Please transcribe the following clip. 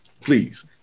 Please